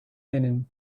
linen